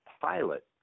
pilot